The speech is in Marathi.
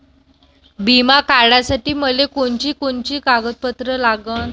बिमा काढासाठी मले कोनची कोनची कागदपत्र लागन?